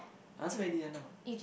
I answered already just now